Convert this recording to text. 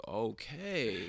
okay